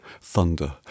Thunder